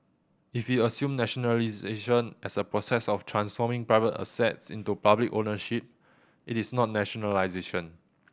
if we assume nationalisation as the process of transforming private assets into public ownership it is not nationalisation